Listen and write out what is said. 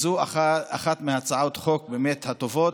זאת אחת מהצעות החוק הטובות.